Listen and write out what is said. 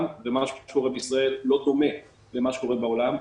ומה שקורה בישראל לא דומה למה שקורה בעולם.